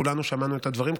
כולנו שמענו את הדברים,